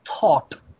thought